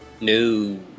No